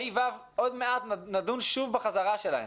כיתות ה'-ו', עוד מעט שוב נדון בחזרה שלהם.